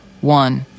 One